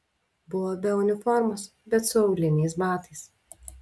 buvo be uniformos bet su auliniais batais